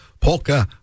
polka